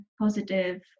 positive